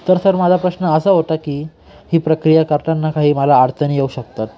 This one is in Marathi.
तर सर माझा प्रश्न असा होता की ही प्रक्रिया करताना काही मला अडचणी येऊ शकतात